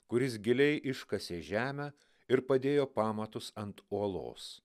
kuris giliai iškasė žemę ir padėjo pamatus ant uolos